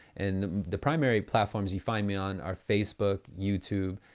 and the primary platforms you find me on are facebook, youtube,